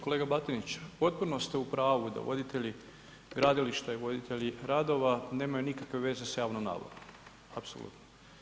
Kolega Batinić, potpuno ste u pravu da voditelji gradilišta i voditelji radova nemaju nikakve veze sa javnom nabavom apsolutno.